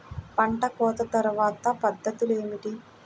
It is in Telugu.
పంట కోత తర్వాత పద్ధతులు ఏమిటి?